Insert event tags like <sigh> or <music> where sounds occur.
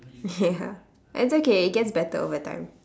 ya <laughs> it's okay it gets better over time